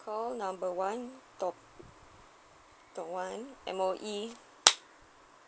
call number one top top one M_O_E